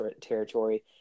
territory